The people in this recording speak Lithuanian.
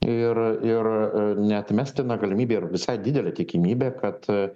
ir ir neatmestina galimybė ir visai didelė tikimybė kad